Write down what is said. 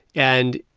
and,